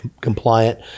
compliant